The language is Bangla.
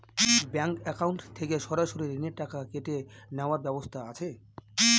ব্যাংক অ্যাকাউন্ট থেকে সরাসরি ঋণের টাকা কেটে নেওয়ার ব্যবস্থা আছে?